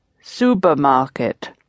supermarket